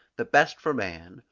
the best for man,